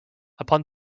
upon